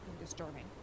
disturbing